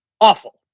awful